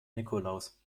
nikolaus